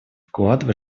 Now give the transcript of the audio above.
вклад